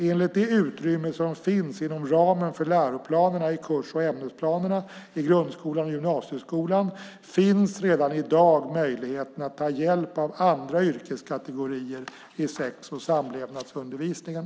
Enligt det utrymme som finns inom ramen för läroplanerna och kurs och ämnesplanerna i grund och gymnasieskolan finns redan i dag möjligheten att ta hjälp av andra yrkeskategorier i sex och samlevnadsundervisningen.